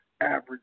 Average